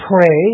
pray